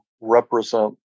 represent